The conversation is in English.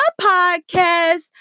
podcast